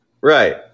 Right